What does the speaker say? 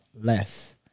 less